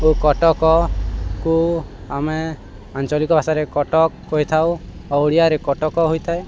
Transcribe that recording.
ଓ କଟକକୁ ଆମେ ଆଞ୍ଚଲିକ ଭାଷାରେ କଟକ୍ କହିଥାଉ ଓଡ଼ିଆରେ କଟକ ହେଇଥାଏ